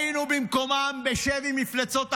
אם אנחנו היינו במקומם בשבי מפלצות החמאס,